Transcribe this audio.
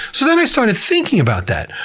so then i started thinking about that.